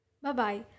Bye-bye